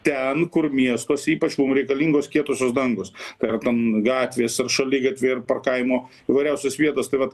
ten kur miestuose ypač mum reikalingos kietosios dangos tai yra ten gatvės ar šaligatviai ar parkavimo įvairiausios vietos tai vat